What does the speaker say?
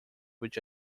which